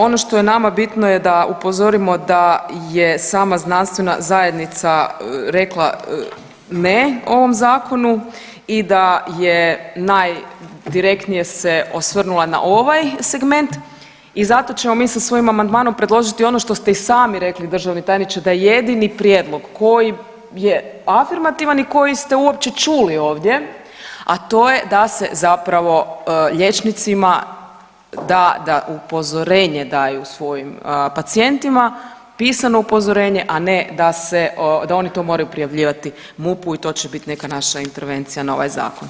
Ono što je nama bitno je da upozorimo da je sama znanstvena zajednica rekla ne ovom zakonu i da je najdirektnije se osvrnula na ovaj segment i zato ćemo mi sa svojim amandmanom predložiti i ono što ste i sami rekli državni tajniče da je jedini prijedlog koji je afirmativan i koji ste uopće čuli ovdje, a to je da se zapravo liječnicima da, da upozorenje daju svojim pacijentima, pisano upozorenje, a ne da se, da oni to moraju prijavljivati MUP-u i to će biti neka naša intervencija na ovaj zakon.